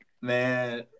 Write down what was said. man